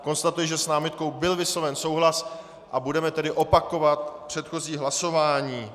Konstatuji, že s námitkou byl vysloven souhlas a budeme opakovat předchozí hlasování.